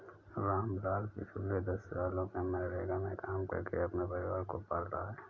रामलाल पिछले दस सालों से मनरेगा में काम करके अपने परिवार को पाल रहा है